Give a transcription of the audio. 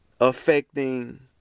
affecting